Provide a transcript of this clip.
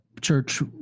church